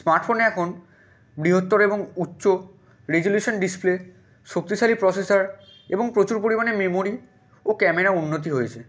স্মার্টফোনে এখন বৃহত্তর এবং উচ্চ রেসোলিউশান ডিসপ্লে শক্তিশালী প্রসেসর এবং প্রচুর পরিমাণে মেমোরি ও ক্যামেরা উন্নতি হয়েছে